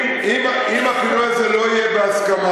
אם הפינוי הזה לא יהיה בהסכמה,